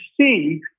see